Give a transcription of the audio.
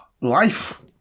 life